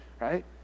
right